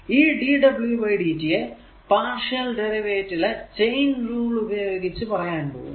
ഈ dw dt യെ partial derivative ലെ ചെയിൻ റൂൾ ഉപയോഗിച്ച് പറയാൻ പോകുന്നു